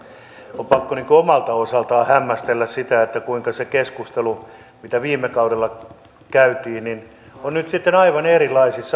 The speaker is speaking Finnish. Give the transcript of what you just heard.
on pakko omalta osaltaan hämmästellä sitä kuinka se keskustelu mitä viime kaudella käytiin on nyt sitten aivan erilaisissa uomissa